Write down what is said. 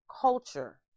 culture